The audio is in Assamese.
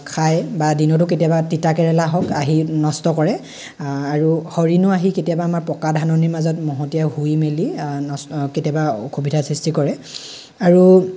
খায় বা দিনতো কেতিয়াবা তিতা কেৰেলা হওক আহি নষ্ট কৰে আৰু হৰিণো আহি কেতিয়াবা আমাৰ পকা ধাননিৰ মাজত মহতিয়াই শুই মেলি নষ্ট কেতিয়াবা অসুবিধাৰ সৃষ্টি কৰে আৰু